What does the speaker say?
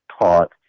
taught